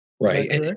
Right